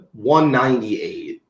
198